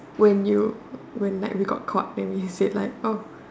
when you when like we got caught then we say like oh